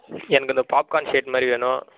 எனக்கு இந்த பாப்கார்ன் ஷேர்ட்மாரி வேணும்